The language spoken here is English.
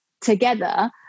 together